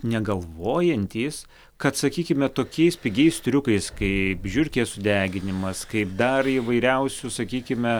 negalvojantys kad sakykime tokiais pigiais triukais kaip žiurkės sudeginimas kaip dar įvairiausių sakykime